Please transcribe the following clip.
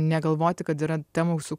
negalvoti kad yra temų su